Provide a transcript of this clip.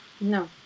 no